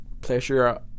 pleasure